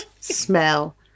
smell